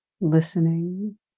Listening